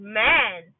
man